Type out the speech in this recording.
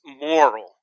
moral